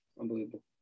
unbelievable